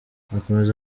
akomeza